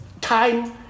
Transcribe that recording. time